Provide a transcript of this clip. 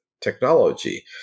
technology